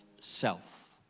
self